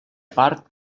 part